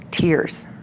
tears